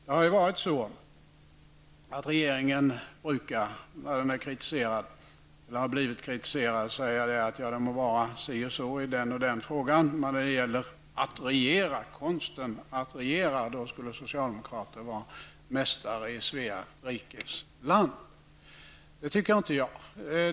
Det har ju varit så att regeringen när det har blivit kritiserad har sagt: Det må vara si och så i den frågan, men när det gäller konsten att regera är socialdemokrater mästare i Svea rikes land. Det tycker inte jag.